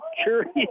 curious